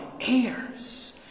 heirs